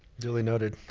duly noted.